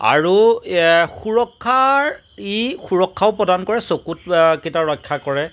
আৰু সুৰক্ষাৰ ই সুৰক্ষাও প্ৰদান কৰে চকু কেইটা ৰক্ষা কৰে